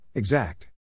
Exact